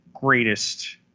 greatest